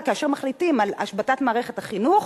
כאשר מחליטים על השבתת מערכת החינוך,